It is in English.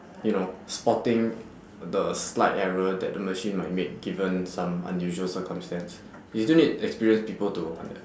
you know spotting the slight error that the machine might make given some unusual circumstance you still need experienced people to find that